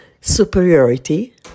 Superiority